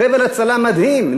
חבל הצלה מדהים,